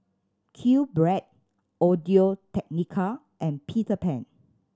Q Bread Audio Technica and Peter Pan